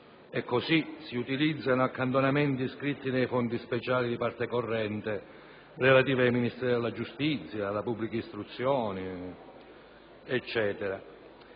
perché si utilizzano accantonamenti iscritti nei fondi speciali di parte corrente relativi ai Ministeri della giustizia, dell'istruzione e così